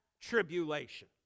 tribulation